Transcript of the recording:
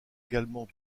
également